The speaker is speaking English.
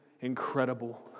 incredible